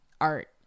art